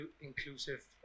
inclusive